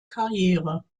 karriere